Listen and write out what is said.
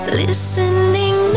listening